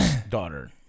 daughter